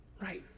right